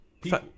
People